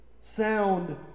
sound